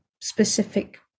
specific